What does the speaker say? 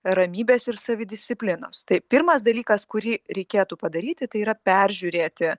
ramybės ir savidisciplinos tai pirmas dalykas kurį reikėtų padaryti tai yra peržiūrėti